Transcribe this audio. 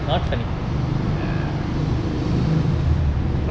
ya